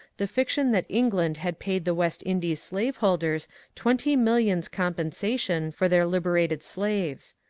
the fiction that england had paid the west indian slaveholders twenty millions compensa tion for their liberated slaves.